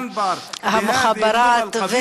המוחבראת.